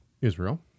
Israel